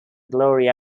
gloria